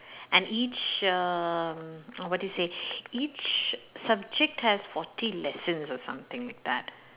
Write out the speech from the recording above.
and each um uh what they say each subject has fourteen lessons or something like that